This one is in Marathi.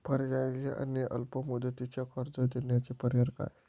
पर्यायी आणि अल्प मुदतीचे कर्ज देण्याचे पर्याय काय?